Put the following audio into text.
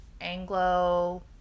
Anglo